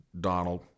Donald